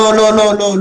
לא.